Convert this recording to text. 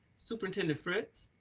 superintendent, fritz.